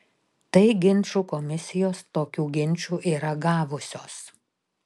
tai ginčų komisijos tokių ginčų yra gavusios